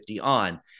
on